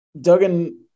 Duggan